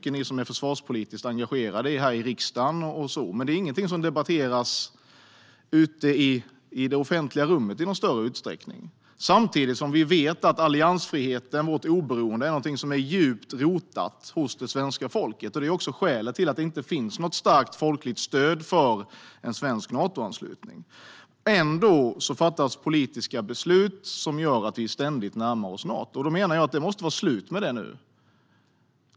Ni som är försvarspolitiskt engagerade här i riksdagen debatterar det säkert väldigt mycket, men det är ingenting som debatteras ute i det offentliga rummet i någon större utsträckning. Samtidigt vet vi att alliansfriheten, vårt oberoende, är någonting som är djupt rotad hos det svenska folket, vilket också är skälet till att det inte finns något starkt folkligt stöd för en svensk Natoanslutning. Ändå fattas politiska beslut som gör att vi ständigt närmar oss Nato, och jag menar att det måste vara slut med det nu.